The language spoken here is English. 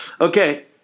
Okay